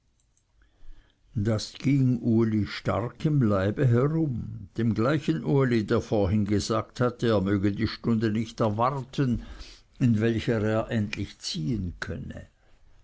das ging uli stark im leibe rum dem gleichen uli der vorhin gesagt hatte er möge die stunde nicht erwarten in welcher er endlich ziehen könne